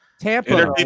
Tampa